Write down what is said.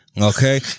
Okay